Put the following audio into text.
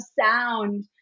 sound